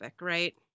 right